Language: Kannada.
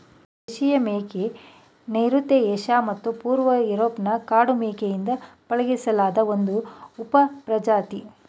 ದೇಶೀಯ ಮೇಕೆ ನೈಋತ್ಯ ಏಷ್ಯಾ ಮತ್ತು ಪೂರ್ವ ಯೂರೋಪ್ನ ಕಾಡು ಮೇಕೆಯಿಂದ ಪಳಗಿಸಿಲಾದ ಒಂದು ಉಪಪ್ರಜಾತಿ